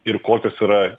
ir kokios yra